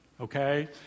Okay